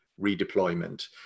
redeployment